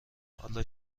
حال